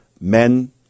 men